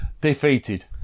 Defeated